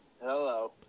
Hello